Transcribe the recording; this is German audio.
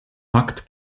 nackt